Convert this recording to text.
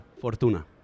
Fortuna